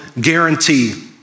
guarantee